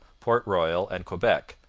port royal, and quebec,